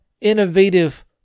innovative